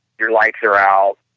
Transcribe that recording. your lights are out,